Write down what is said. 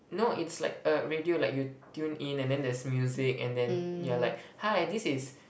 no it's like a radio like you tune in and then there's music and then you're like hi this is